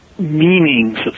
Meanings